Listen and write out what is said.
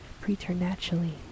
preternaturally